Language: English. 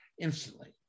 instantly